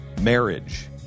marriage